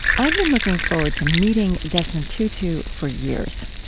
i'd been looking forward to meeting desmond tutu for years.